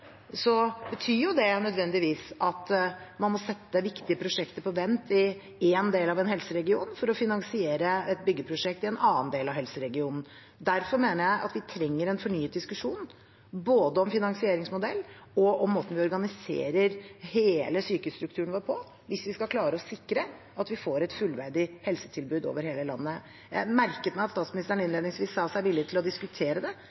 betyr det nødvendigvis at man må sette viktige prosjekter på vent i én del av en helseregion for å finansiere et byggeprosjekt i en annen del av helseregionen. Derfor mener jeg at vi trenger en fornyet diskusjon, både om finansieringsmodell og om måten vi organiserer hele sykehusstrukturen vår på, hvis vi skal klare å sikre at vi får et fullverdig helsetilbud over hele landet. Jeg merket meg at statsministeren innledningsvis sa seg villig til å diskutere det,